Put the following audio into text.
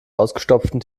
ausgestopften